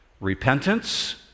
Repentance